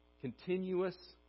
continuous